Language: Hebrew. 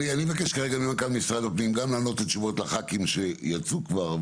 אני מבקש ממנכ"ל משרד הפנים גם לענות תשובות לח"כים שיצאו כבר,